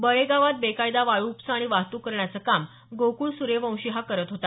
बळेगावात बेकायदा वाळू उपसा आणि वाहतूक करण्याचं काम गोकुळ सुर्यवंशी हा करत होता